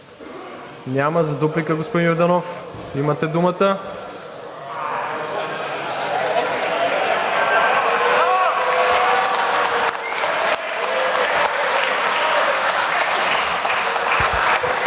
Няма. За дуплика – господин Йорданов, имате думата.